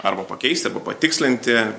arba pakeisti arba patikslinti